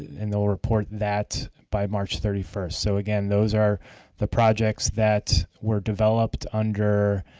and they will report that by march thirty first. so, again, those are the projects that were developed under